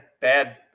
bad